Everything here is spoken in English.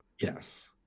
yes